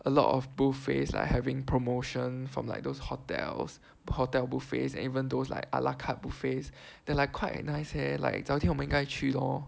a lot of buffets like having promotion from like those hotels hotel buffets even those like a la carte buffets they are like quite nice leh like 找一天我们应该去 lor